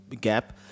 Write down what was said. gap